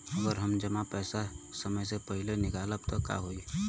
अगर हम जमा पैसा समय से पहिले निकालब त का होई?